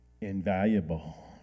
invaluable